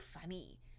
funny